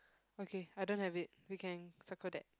okay I don't have it we can circle that